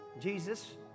Jesus